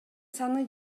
саны